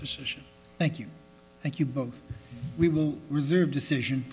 decision thank you thank you but we will reserve decision